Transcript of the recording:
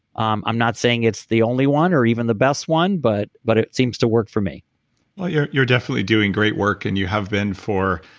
um i'm not saying it's the only one or even the best one but but it seems to work for me well you're you're definitely doing great work and you have been for,